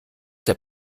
der